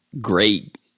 great